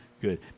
good